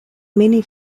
many